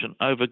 over